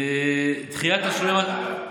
אגב, איציק,